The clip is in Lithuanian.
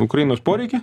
ukrainos poreikį